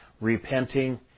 repenting